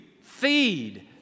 feed